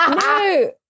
No